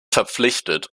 verpflichtet